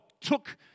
took